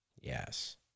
yes